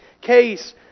case